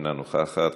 אינה נוכחת,